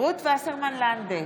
רות וסרמן לנדה,